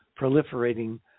proliferating